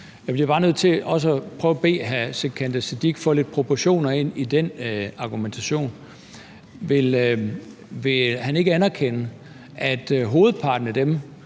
Jeg bliver bare nødt til også at prøve at bede hr. Sikandar Siddique få lidt proportioner ind i den argumentation. Vil han ikke anerkende, at hovedparten af dem,